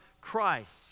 Christ